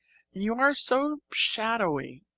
you are so shadowy.